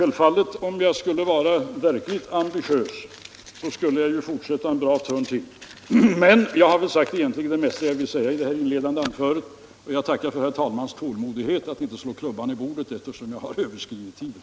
Om jag skulle vara verkligt ambitiös skulle jag ju fortsätta en bra stund till. Men jag har väl sagt det mesta om vad jag ville säga i detta inledande anförande, och jag tackar för herr talmannens tålmodighet att inte slå klubban i bordet, trots att jag har överskridit tiden.